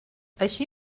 així